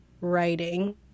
writing